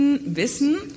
wissen